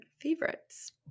favorites